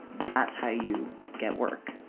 that's how you get work.